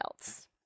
else